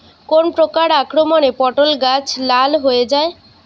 কোন প্রকার আক্রমণে পটল গাছ লাল হয়ে যায়?